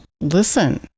listen